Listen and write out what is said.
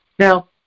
Now